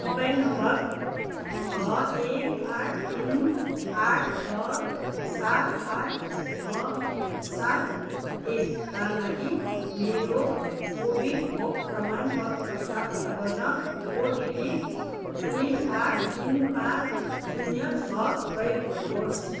mobile नम्बर छ एक आठ तिन आठ छ सात आठ छ सात एकका लागि मेरो कोभिड खोप प्रमाणपत्र प्राप्त गर्न ओटिपी दुई आठ तिन पाँच शून्य छ प्रयोग गर्नुहोस्